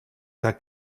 gar